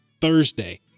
Thursday